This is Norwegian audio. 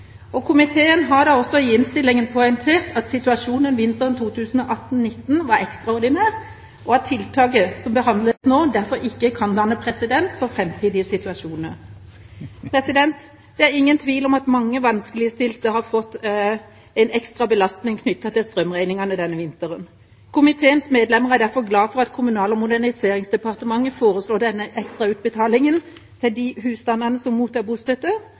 nivået. Komiteen har da også i innstillingen poengtert at situasjonen vinteren 2018/2019 var ekstraordinær, og at tiltaket som behandles nå, derfor ikke kan danne presedens for framtidige situasjoner. Det er ingen tvil om at mange vanskeligstilte har fått en ekstra belastning knyttet til strømregningene denne vinteren. Komiteens medlemmer er derfor glad for at Kommunal- og moderniseringsdepartementet foreslår denne ekstrautbetalingen til de husstandene som mottar bostøtte,